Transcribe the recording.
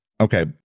Okay